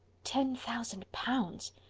ten thousand pounds!